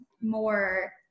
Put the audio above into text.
more